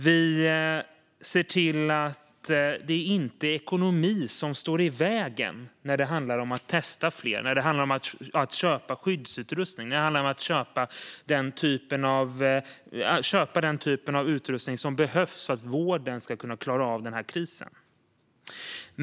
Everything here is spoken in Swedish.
Vi ser till att det inte är ekonomi som står i vägen när det handlar om att testa fler och köpa skyddsutrustning och den typ av utrustning som behövs för att vården ska klara av krisen.